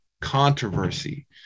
controversy